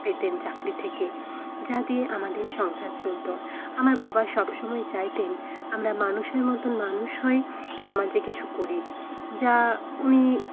পেতেন চাকরি থেকে যা দিয়ে আমাদের সংসার চলতো আমার বাবা সবসময় চাইতেন আমরা মানুষের মতন মানুষ হয়ে সমাজে কিছু করি যা উনি